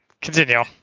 continue